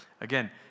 again